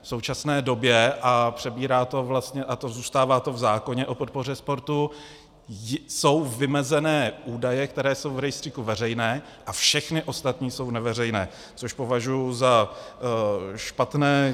V současné době a přebírá to a zůstává to v zákoně o podpoře sportu jsou vymezené údaje, které jsou v rejstříku veřejné, a všechny ostatní jsou neveřejné, což považuji za špatné.